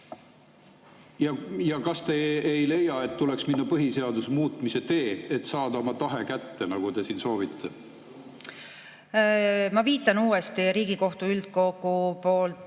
Ja kas te ei leia, et tuleks minna põhiseaduse muutmise teed, et [viia] oma tahe [ellu], nagu te siin soovite? Ma viitan uuesti Riigikohtu üldkogu võetud